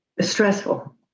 stressful